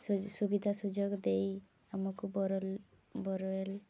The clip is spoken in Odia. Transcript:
ସୁବିଧା ସୁଯୋଗ ଦେଇ ଆମକୁ ବୋରୱଲ୍